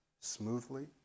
smoothly